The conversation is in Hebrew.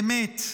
באמת.